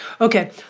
Okay